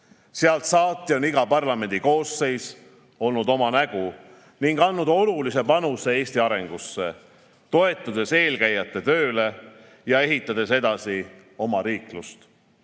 Sealt saati on iga parlamendikoosseis olnud oma nägu ning andnud olulise panuse Eesti arengusse, toetudes eelkäijate tööle ja ehitades edasi omariiklust. Täna,